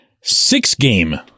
six-game